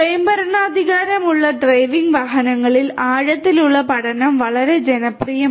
സ്വയംഭരണാധികാരമുള്ള driving വാഹനങ്ങളിൽ ആഴത്തിലുള്ള പഠനം വളരെ ജനപ്രിയമായി